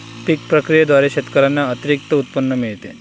पीक प्रक्रियेद्वारे शेतकऱ्यांना अतिरिक्त उत्पन्न मिळते